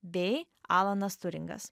bei alanas turingas